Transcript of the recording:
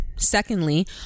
Secondly